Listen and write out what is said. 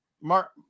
Mark